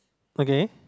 okay